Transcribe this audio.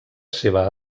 seva